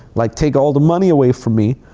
like take all the money away from me,